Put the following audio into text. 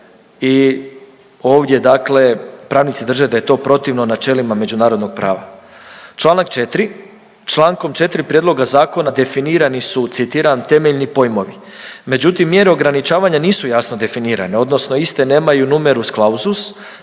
i ovdje dakle pravnici drže da je to protivno načelima međunarodnog prava. Čl. 4., čl. 4. prijedloga zakona definirani su, citiram, temeljni pojmovi, međutim mjere ograničavanja nisu jasno definirane odnosno iste nemaju numerus clausus